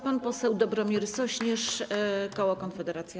Pan poseł Dobromir Sośnierz, koło Konfederacja.